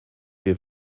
wir